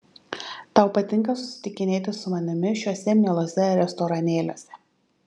tau patinka susitikinėti su manimi šiuose mieluose restoranėliuose